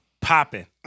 popping